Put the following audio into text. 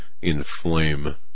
inflame